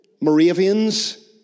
Moravians